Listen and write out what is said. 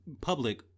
public